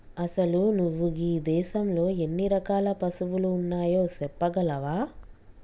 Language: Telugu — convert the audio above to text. అసలు నువు గీ దేసంలో ఎన్ని రకాల పసువులు ఉన్నాయో సెప్పగలవా